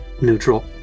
neutral